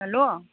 hello